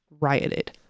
rioted